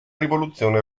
rivoluzione